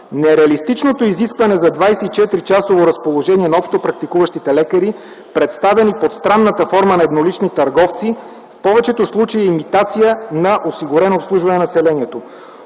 Нереалистичното изискване за 24-часово разположение на общопрактикуващите лекари, представени под странната форма на еднолични търговци, в повечето случаи е имитация на осигурено обслужване на населението.